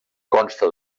consta